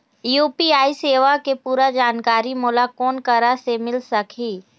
UPI सेवा के पूरा जानकारी मोला कोन करा से मिल सकही?